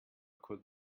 could